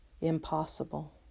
Impossible